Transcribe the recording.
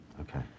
Okay